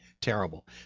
terrible